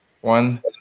One